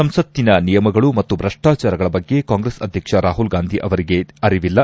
ಸಂಸತ್ತಿನ ನಿಯಮಗಳು ಮತ್ತು ಶಿಷ್ಲಾಚಾರಗಳ ಬಗ್ಗೆ ಕಾಂಗ್ರೆಸ್ ಅಧ್ಯಕ್ಷ ರಾಹುಲ್ ಗಾಂಧಿ ಅವರಿಗೆ ಅರಿವಿಲ್ಲ